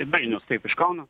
dainius taip iš kauno